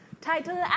title